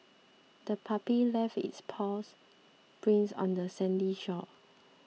the puppy left its paws prints on the sandy shore